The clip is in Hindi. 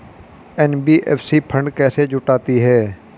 एन.बी.एफ.सी फंड कैसे जुटाती है?